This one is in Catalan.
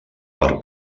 per